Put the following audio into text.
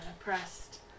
oppressed